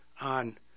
on